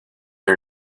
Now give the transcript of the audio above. are